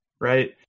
right